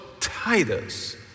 Titus